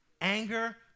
Anger